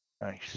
Nice